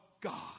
God